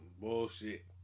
bullshit